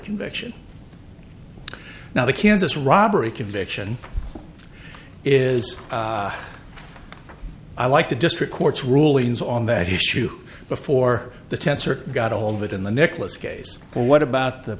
conviction now the kansas robbery conviction is i like the district court's rulings on that issue before the tenser got a hold of it in the nicholas case but what about the